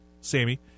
Sammy